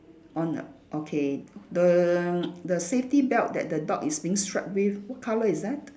on okay the the safety belt that the dog is being strapped with what colour is that